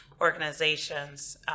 organizations